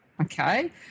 Okay